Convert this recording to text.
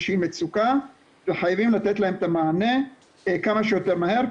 שהיא מצוקה וחייבים לתת להם את המענה כמה שיותר מהר,